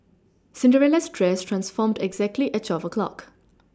Cinderella's dress transformed exactly at twelve o' clock